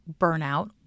burnout